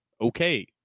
okay